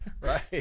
Right